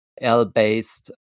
L-based